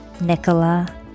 Nicola